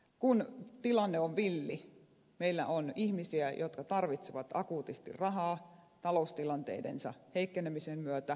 kun tilanne on villi meillä on ihmisiä jotka tarvitsevat akuutisti rahaa taloustilanteensa heikkenemisen myötä